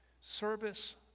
Service